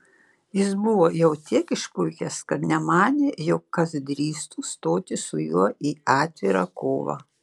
jis buvo jau tiek išpuikęs kad nemanė jog kas drįstų stoti su juo į atvirą kovą